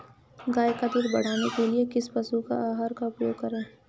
गाय का दूध बढ़ाने के लिए किस पशु आहार का उपयोग करें?